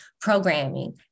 programming